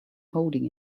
holding